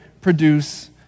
produce